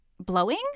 blowing